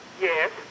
Yes